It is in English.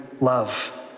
love